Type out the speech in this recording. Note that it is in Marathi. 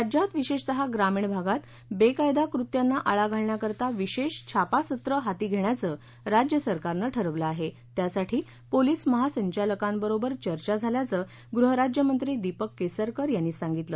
राज्यात विशेषत ग्रामीण भागत बेकायदा कृत्यांना आळा घालण्याकरता विशेष छापासत्र हाती घेण्याचं राज्य सरकारनं ठरवलं आहे त्यासाठी पोलिस महासंचालकांबरोबर चर्चा झाल्याचं गृह राज्यमंत्री दीपक केसरकर यांनी सांगितलं